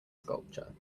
sculpture